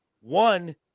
One